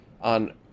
on